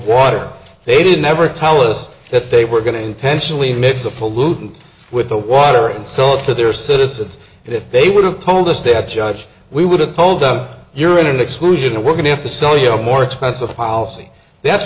water they didn't ever tell us that they were going to intentionally mix a pollutant with the water and sell it to their citizens and if they would have told us that judge we would have told them you're in an explosion and we're going to have to sell you a more expensive policy that's